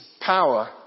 power